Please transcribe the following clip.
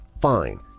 fine